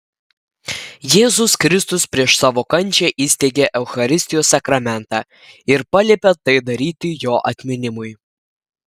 jėzus kristus prieš savo kančią įsteigė eucharistijos sakramentą ir paliepė tai daryti jo atminimui